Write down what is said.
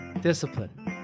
Discipline